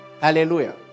hallelujah